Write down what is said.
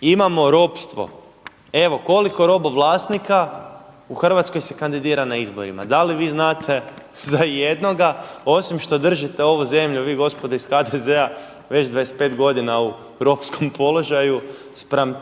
Imamo ropstvo. Evo koliko robovlasnika se u Hrvatskoj kandidira na izborima? Da li vi znate za jednoga osim što držite ovu zemlju, vi gospodo iz HDZ-a, već 25 godina u ropskom položaju spram